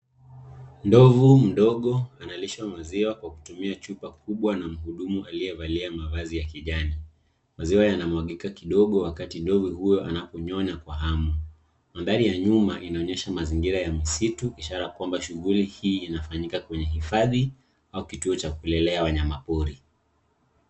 Ndovu mdogo analishwa maziwa kwa kutumia chupa kubwa na muhudumu aliye valia mavazi ya kijani. Maziwa yanamwagika kidogo wakati ndovu huyo anapo nyonya kwa hamu. Mandhari ya nyuma inaonyesha mazingira ya misitu ishara kwamba shughuli hii inafanyika kwenye hifadhi au kituo cha kulelea wanyama pori.